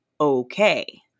okay